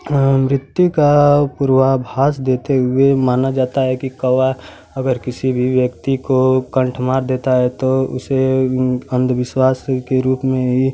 और मृत्यु का पूर्वाभास देते हुए माना जाता है कि कौआ अगर किसी भी व्यक्ति को कंठ मार देता है तो उसे अन्धविश्वास के रूप में ही